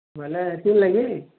ବେଲେ ହେଥିର୍ ଲାଗି